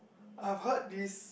I've heard this